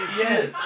yes